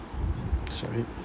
sorry